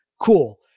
Cool